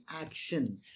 action